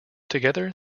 together